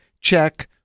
Check